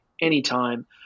anytime